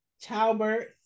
childbirth